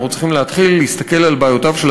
אנחנו צריכים להתחיל להסתכל על בעיותיו של